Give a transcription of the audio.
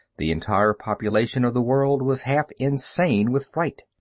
the entire population of the world was half insane with fright.